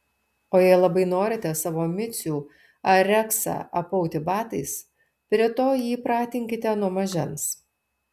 o jei labai norite savo micių ar reksą apauti batais prie to jį pratinkite nuo mažens